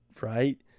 right